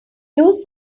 use